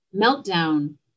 meltdown